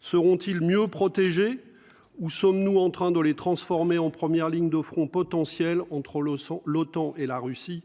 seront-ils mieux protégés, où sommes-nous en train de les transformer en première ligne de front potentiels entre sans l'OTAN et la Russie,